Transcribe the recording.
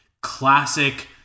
classic